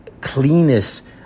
cleanest